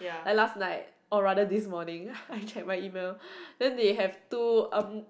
like last night or rather this morning then I check my email then they have two um